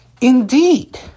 Indeed